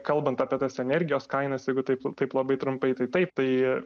kalbant apie tas energijos kainas jeigu taip taip labai trumpai tai taip tai